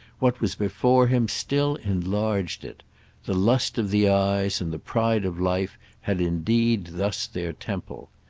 what was before him still enlarged it the lust of the eyes and the pride of life had indeed thus their temple.